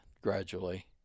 gradually